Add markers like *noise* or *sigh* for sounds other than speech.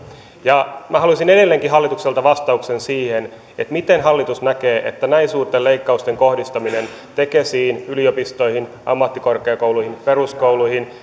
minä haluaisin edelleenkin hallitukselta vastauksen siihen miten hallitus näkee että näin suurten leikkausten kohdistaminen tekesiin yliopistoihin ammattikorkeakouluihin peruskouluihin *unintelligible*